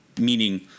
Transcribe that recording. meaning